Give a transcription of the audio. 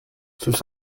sus